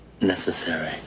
necessary